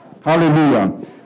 hallelujah